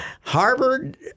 Harvard